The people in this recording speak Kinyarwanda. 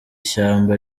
shyamba